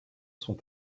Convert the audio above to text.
sont